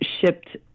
Shipped